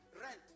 rent